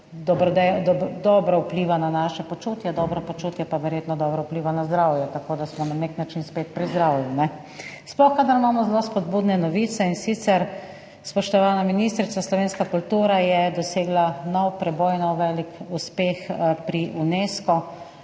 dobro vpliva na naše počutje, dobro počutje pa verjetno dobro vpliva na zdravje, tako da smo na nek način spet pri zdravju, sploh kadar imamo zelo spodbudne novice. Spoštovana ministrica, slovenska kultura je dosegla nov preboj, nov velik uspeh pri Unescu.